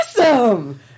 awesome